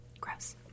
Gross